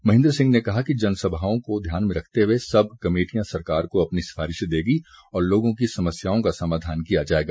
महेंद्र सिंह ने कहा कि जनभावनाओं को ध्यान में रखकर सब कमेटी सरकार को अपनी सिफारिशें देगी और लोगों की समस्याओं का समाधान किया जाएगा